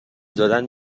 دادن